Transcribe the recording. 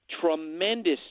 tremendous